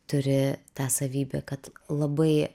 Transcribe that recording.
turi tą savybę kad labai